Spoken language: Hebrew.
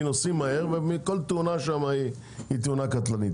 כי נוסעים מהר וכל תאונה שם היא תאונה קטלנית.